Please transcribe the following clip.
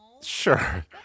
Sure